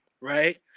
right